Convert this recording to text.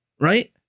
right